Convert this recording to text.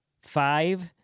five